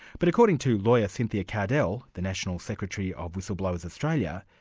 but according to lawyer cynthia kardell, the national secretary of whistleblowers australia,